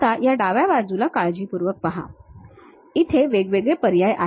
आता या डाव्या बाजूला काळजीपूर्वक पहा इथे वेगवेगळे पर्याय आहेत